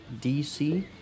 DC